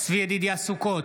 צבי ידידיה סוכות,